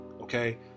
okay